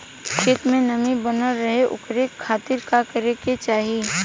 खेत में नमी बनल रहे ओकरे खाती का करे के चाही?